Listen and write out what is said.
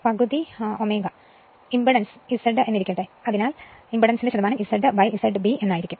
ഇപ്പോൾ impedance Z എന്നിരിക്കട്ടെ അതിനാൽ ഇംപെഡൻസ് ശതമാനം Z Z B ആയിരിക്കും